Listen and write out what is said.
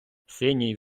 синій